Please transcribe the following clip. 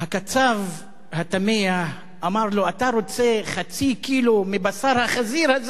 הקצב התמה אמר לו: אתה רוצה חצי קילו מבשר החזיר הזה?